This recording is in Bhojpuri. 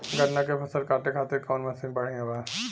गन्ना के फसल कांटे खाती कवन मसीन बढ़ियां बा?